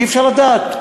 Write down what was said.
אי-אפשר לדעת.